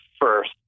first